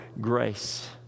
grace